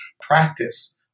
practice